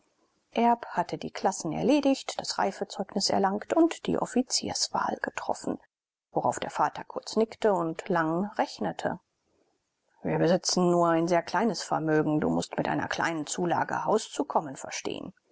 erb hatte die klassen erledigt das reifezeugnis erlangt und die offizierswahl getroffen worauf der vater kurz nickte und lang rechnete wir besitzen nur ein sehr kleines vermögen du mußt mit einer kleinen zulage hauszuhalten verstehen